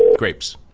grapes,